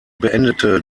beendete